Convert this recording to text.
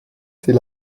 c’est